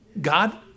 God